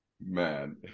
Man